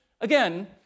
Again